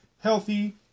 healthy